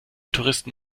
touristen